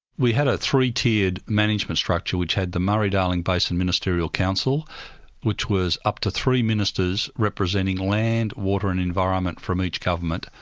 we had a three-tiered management structure which had the murray-darling basin ministerial council which was up to three ministers representing land, water and environment from each government,